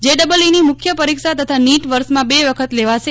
જે double E ની મુખ્ય પરીક્ષા તથા નીટ વર્ષમાં બે વખત લેવાશે